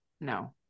No